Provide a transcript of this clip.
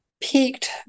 peaked